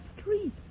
street